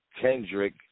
Kendrick